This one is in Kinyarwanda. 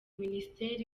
minisiteri